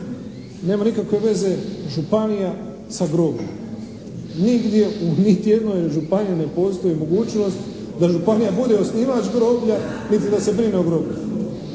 nema nikakve veze županija sa grobljem. Nigdje u niti jednoj županiji ne postoji mogućnost da županija bude osnivač groblja niti da se brine o groblju.